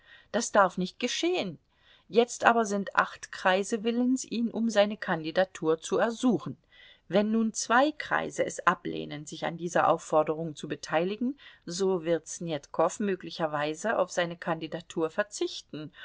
das darf nicht geschehen jetzt aber sind acht kreise willens ihn um seine kandidatur zu ersuchen wenn nun zwei kreise es ablehnen sich an dieser aufforderung zu beteiligen so wird snetkow möglicherweise auf seine kandidatur verzichten